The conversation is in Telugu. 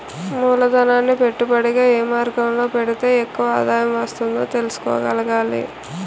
మూలధనాన్ని పెట్టుబడిగా ఏ మార్గంలో పెడితే ఎక్కువ ఆదాయం వస్తుందో తెలుసుకోగలగాలి